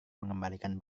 mengembalikan